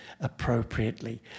appropriately